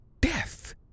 death